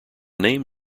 name